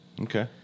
Okay